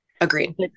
Agreed